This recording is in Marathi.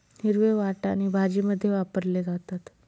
हिरवे वाटाणे भाजीमध्ये वापरले जातात